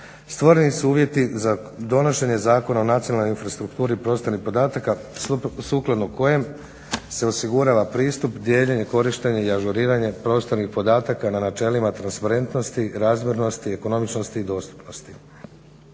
stvoreni su uvjeti za donošenje Zakona o nacionalnoj infrastrukturi prostornih podataka sukladno kojem se osigurava pristup, dijeljenje, korištenje i ažuriranje prostornih podataka na načelima transparentnosti, razmjernosti, ekonomičnosti i dostupnosti.